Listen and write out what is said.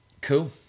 Cool